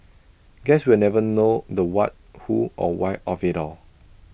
guess we'll never know the what who or why of IT all